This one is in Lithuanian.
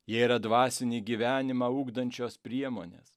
jie yra dvasinį gyvenimą ugdančios priemonės